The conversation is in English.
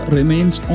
remains